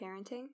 parenting